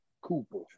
Cooper